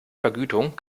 vergütung